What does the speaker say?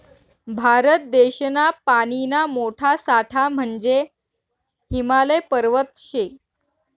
भारत देशना पानीना मोठा साठा म्हंजे हिमालय पर्वत शे